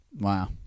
Wow